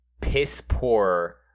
piss-poor